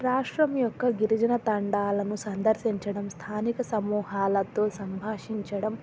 రాష్ట్రం యొక్క గిరిజన తండాలను సందర్శించడం స్థానిక సమూహాలతో సంభాషించడం